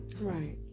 Right